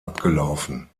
abgelaufen